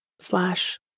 Slash